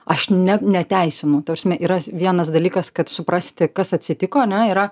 aš ne neteisinu ta prasme yra vienas dalykas kad suprasti kas atsitiko ane yra